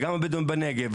וגם הבדואים בנגב,